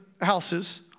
houses